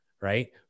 Right